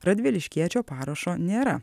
radviliškiečio parašo nėra